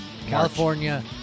California